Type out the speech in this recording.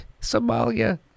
Somalia